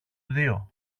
δύο